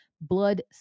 blood